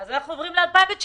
ואז אנחנו עוברים ל-2019,